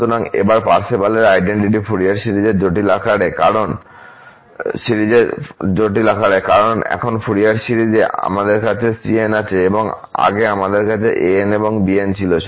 সুতরাং এবার পার্সেভালের আইডেন্টিটি ফুরিয়ার সিরিজের জটিল আকারে কারণ এখন ফুরিয়ার সিরিজে আমাদের কাছে cn আছে এবং আগে আমাদের an s এবং bn s ছিল